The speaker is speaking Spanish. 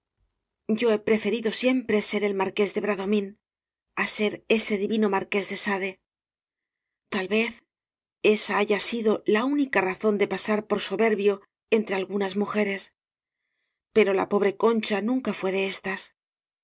yo he preferido siempre ser el marqués de bradomín á ser ese divino marqués de sade tal vez esa haya sido la única razón de pasar por soberbio entre algunas muje res pero la pobre concha nunca iué de éstas